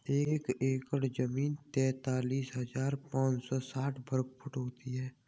एक एकड़ जमीन तैंतालीस हजार पांच सौ साठ वर्ग फुट होती है